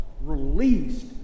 released